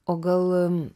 o gal